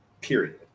period